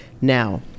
now